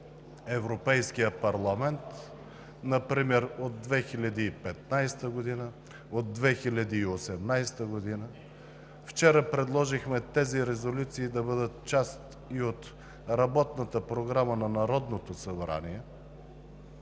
Европейския парламент – например от 2015 г., от 2018 г. Вчера предложихме тези резолюции да бъдат част и от работната програма на Народното събрание.